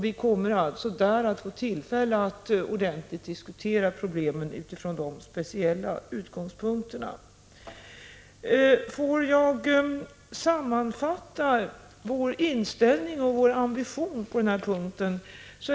Vi kommer alltså i energirådet att få tillfälle att ordentligt diskutera problemen utifrån dessa speciella utgångspunkter. Jag vill sammanfatta vår inställning och vår ambition på denna punkt.